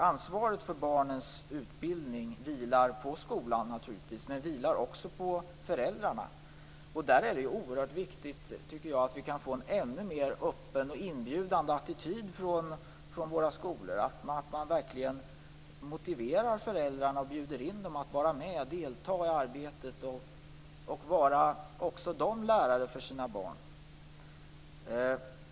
Ansvaret för barnens utbildning vilar naturligtvis på skolan men också på föräldrarna. Jag tycker att det är oerhört viktigt att vi kan få en ännu mer öppen och inbjudande attityd från våra skolor, att man verkligen motiverar föräldrarna och bjuder in dem att delta i arbetet och även de vara lärare för sina barn.